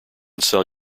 sell